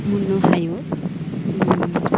मोननो हायो